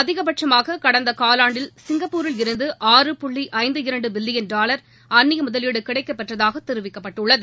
அதிகபட்சமாக கடந்த காலாண்டில் சிங்கப்பூரில் இருந்து ஆறு புள்ளி ஐந்து இரண்டு பில்லியன் டாலர் அந்நிய முதலீடு கிடைக்கப் பெற்றதாக தெரிவிக்கப்பட்டுள்ளது